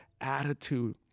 attitude